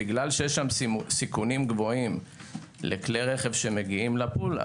בגלל שיש שם סיכונים גבוהים לכלי רכב שמגיעים לפול,